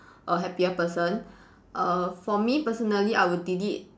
a happier person uh for me personally I will delete